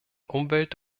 umwelt